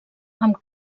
amb